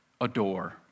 adore